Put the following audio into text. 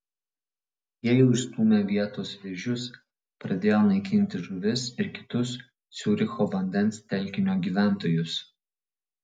jie jau išstūmė vietos vėžius pradėjo naikinti žuvis ir kitus ciuricho vandens telkinio gyventojus